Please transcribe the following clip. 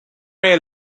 may